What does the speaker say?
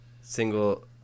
single